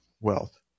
wealth